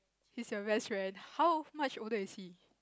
if you very stressed how much older you see